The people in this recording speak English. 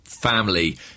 family